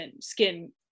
skin